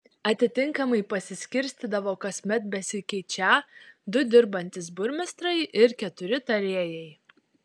atitinkamai pasiskirstydavo kasmet besikeičią du dirbantys burmistrai ir keturi tarėjai